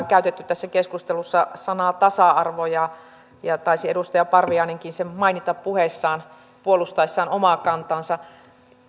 käytetty tässä keskustelussa sanaa tasa arvo ja ja taisi edustaja parviainenkin sen mainita puheissaan puolustaessaan omaa kantaansa